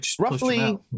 Roughly